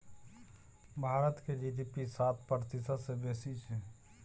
भारतक जी.डी.पी सात प्रतिशत सँ बेसी छै